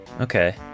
Okay